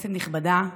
כנסת נכבדה,